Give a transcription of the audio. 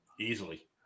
easily